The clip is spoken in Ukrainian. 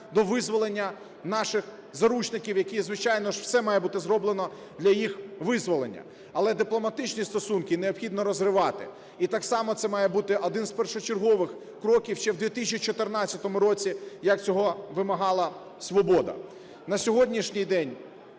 до визволення наших заручників, як і, звичайно, ж все має бути зроблено для їх визволення. Але дипломатичні стосунки необхідно розривати. І так само це має бути один з першочергових кроків, ще в 2014 році, як цього вимагала "Свобода". На сьогоднішній день